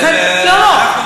לא לא,